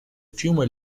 fiume